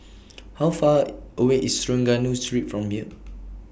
How Far away IS Trengganu Street from here